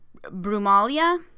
Brumalia